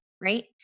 right